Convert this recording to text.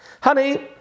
Honey